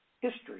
history